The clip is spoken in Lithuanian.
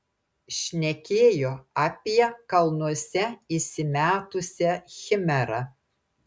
šnekėjo apie kalnuose įsimetusią chimerą